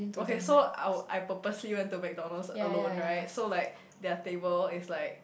okay so I will I purposely went to McDonalds alone right so like their table is like